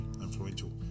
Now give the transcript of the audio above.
influential